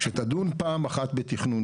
שתדון פעם אחת בתכנון.